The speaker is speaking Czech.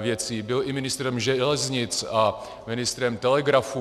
věcí, byl i ministrem železnic a ministrem telegrafů.